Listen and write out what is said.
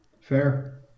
fair